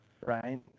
right